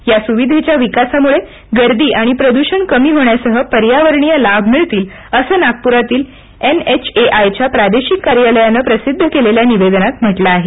या सुविधेच्या विकासामुळे गर्दी आणि प्रद्षण कमी होण्यासह पर्यावरणीय लाभ मिळतील असं नागप्रातील एनएचएआयच्या प्रादेशिक कार्यालयाने प्रसिद्ध केलेल्या निवेदनात म्हटले आहे